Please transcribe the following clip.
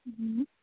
ਹੁੰ